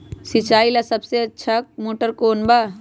सिंचाई ला सबसे अच्छा मोटर कौन बा?